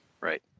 Right